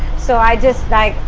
so i just like,